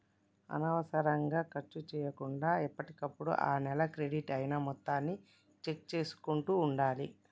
అనవసరంగా ఖర్చు చేయకుండా ఎప్పటికప్పుడు ఆ నెల క్రెడిట్ అయిన మొత్తాన్ని చెక్ చేసుకుంటూ ఉండాలి